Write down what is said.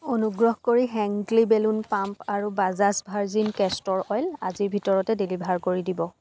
অনুগ্ৰহ কৰি হেংক্লী বেলুন পাম্প আৰু বাজাজ ভাৰ্জিন কেষ্টৰ অইল আজিৰ ভিতৰতে ডেলিভাৰ কৰি দিব